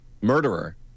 murderer